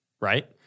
right